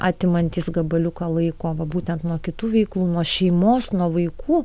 atimantys gabaliuką laiko va būtent nuo kitų veiklų nuo šeimos nuo vaikų